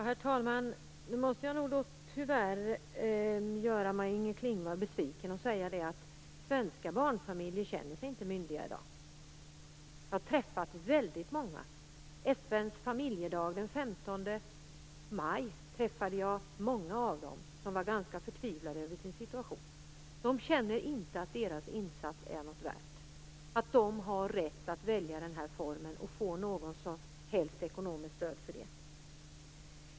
Herr talman! Tyvärr måste jag nog göra Maj-Inger Klingvall besviken genom att säga att svenska barnfamiljer inte känner sig myndiga i dag. Jag har träffat väldigt många. På FN:s familjedag den 15 maj t.ex. träffade jag många som var ganska förtvivlade över sin situation. Barnfamiljerna känner inte att deras insats är något värd eller att de har rätt att välja den här formen och få något som helst stöd för det.